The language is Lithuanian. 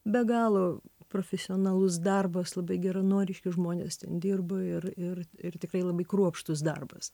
be galo profesionalus darbas labai geranoriški žmonės ten dirbo ir ir ir tikrai labai kruopštus darbas